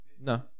No